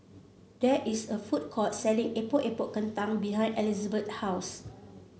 there is a food court selling Epok Epok Kentang behind Elizbeth's house